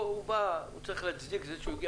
פה הוא בא, הוא צריך להצדיק את זה שהוא הגיע